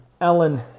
Alan